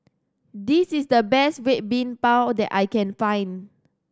this is the best Red Bean Bao that I can find